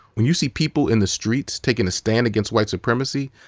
when you see people in the streets taking a stand against white supremacy,